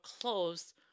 close